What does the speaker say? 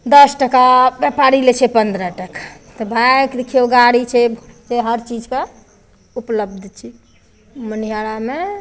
दस टका व्यापारी लै छै पन्द्रह टका तऽ बाइक देखियौ गाड़ी छै हरचीजके ऊपलब्ध छै मनिहारा मे